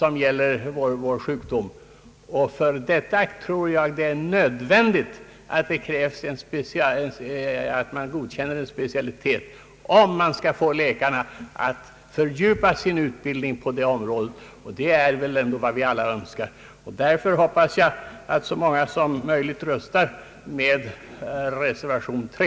Jag anser att det är nödvändigt att de allergiska sjukdomarna godkännes som specialitet, om man skall få läkarna att fördjupa sin utbildning på detta område, vilket väl ändå är vad vi alla önskar. Jag hoppas därför att så många som möjligt röstar för reservation 3.